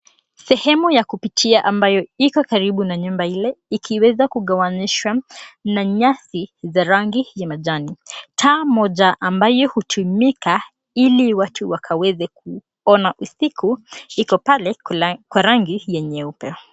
Sehemu ya kupitia ambayo iko karibu na nyumba ile ikiweza kugawanishwa na nyasi za rangi ya majani. Taa moja ambayo hutumika ili watu wakaweze kuona usiku iko pale kwa rangi ya nyeupe.